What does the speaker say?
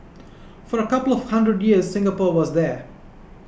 for a couple of hundred years Singapore was there